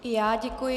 I já děkuji.